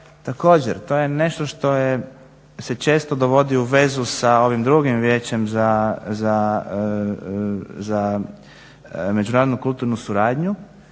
također to je nešto što se često dovodi u vezu sa ovim drugim Vijećem za međunarodnu kulturnu suradnju.